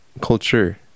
culture